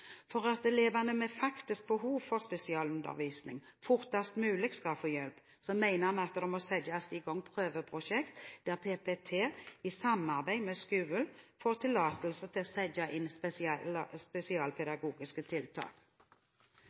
For at elevene med faktisk behov for spesialundervisning fortest mulig skal få hjelp, mener vi det bør settes i gang prøveprosjekt der PPT i samarbeid med skolen får tillatelse til å sette inn spesialpedagogiske tiltak.